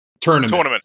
Tournament